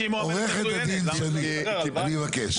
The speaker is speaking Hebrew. עורכת הדין שני, אני מבקש.